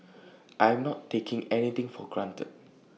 I am not taking anything for granted